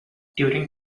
during